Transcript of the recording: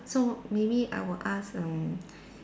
so maybe I will ask mm